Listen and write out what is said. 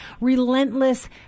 Relentless